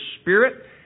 spirit